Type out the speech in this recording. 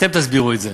אתם תסבירו את זה.